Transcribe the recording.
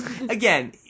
Again